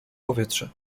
powietrze